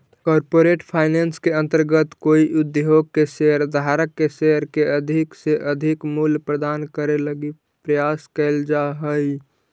corporate finance के अंतर्गत कोई उद्योग के शेयर धारक के शेयर के अधिक से अधिक मूल्य प्रदान करे लगी प्रयास कैल जा हइ